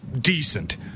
decent